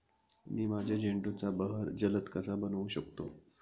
मी माझ्या झेंडूचा बहर जलद कसा बनवू शकतो?